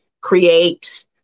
create